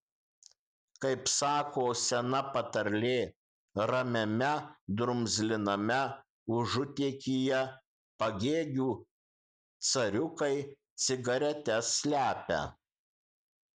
kaip sako sena patarlė ramiame drumzliname užutėkyje pagėgių cariukai cigaretes slepia